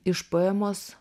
iš poemos